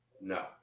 No